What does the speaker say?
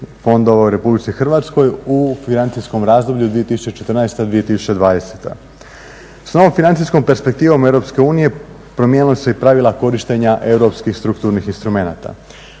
fondova u RH u financijskom razdoblju 2014.-2020. S ovom financijskom perspektivom EU promijenila su se i pravila korištenja europskih strukturnih instrumenata.